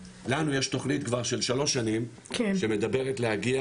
לנו יש תוכנית כבר של שלוש שנים שמדברת להגיע